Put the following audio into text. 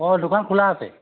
অঁ দোকান খোলা আছে